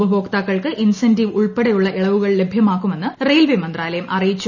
ഉപഭോക്താക്കൾക്ക് ഇൻസെന്റീവ് ഉൾപ്പെടെയുള്ള ഇളവുകൾ ലഭ്യമാക്കുമെന്ന് റെയിൽവെ മന്ത്രാലയം അറിയിച്ചു